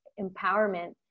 empowerment